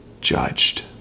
judged